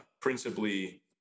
principally